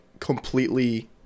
completely